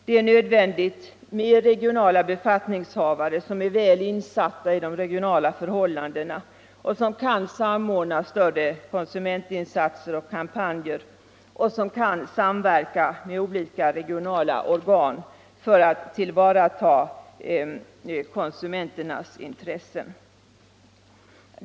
Det är nödvändigt med regionala befattningshavare som är väl insatta i de regionala förhållandena och som kan samordna större konsumentinsatser och kampanjer och samverka med olika regionala organ för att tillvarata konsumenternas intressen.